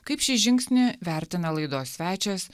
kaip šį žingsnį vertina laidos svečias